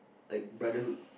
like brotherhood